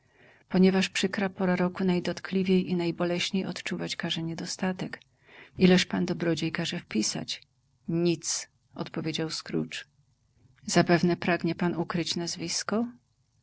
ponieważ przykra pora roku najdotkliwiej i najboleśniej odczuwać każe niedostatek ileż pan dobrodziej każe wpisać nic odpowiedział scrooge zapewne pragnie pan ukryć nazwisko